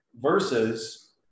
versus